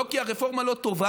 לא כי הרפורמה לא טובה,